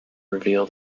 reveal